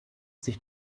sich